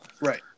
Right